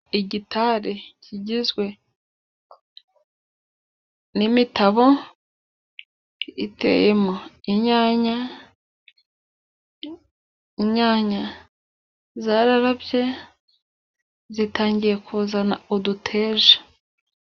Igitari igizwe n'imitabo iteyemo inyanya inyanya zararabye zitangiye kuzana uduteja.